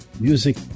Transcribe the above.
music